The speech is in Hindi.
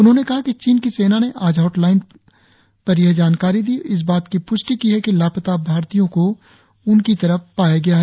उन्होंने कहा कि चीन की सेना ने आज हॉटलाइन पर यह जानकारी दी और इस बात की प्ष्टि की है कि लापता भारतीयों को उनकी तरफ पाया गया है